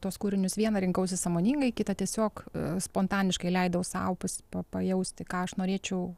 tuos kūrinius vieną rinkausi sąmoningai kitą tiesiog spontaniškai leidau sau pas pa pajausti ką aš norėčiau